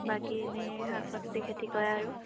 বাকী এনেই শাক পাচলি খেতি কৰে আৰু